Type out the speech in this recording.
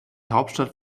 hauptstadt